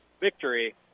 victory